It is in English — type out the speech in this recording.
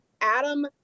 Adam